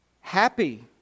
happy